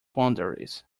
boundaries